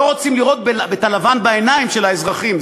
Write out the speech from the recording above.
לא רוצים לראות את הלבן בעיניים של האזרחים,